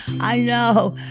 i know,